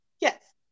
Yes